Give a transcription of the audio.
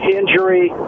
injury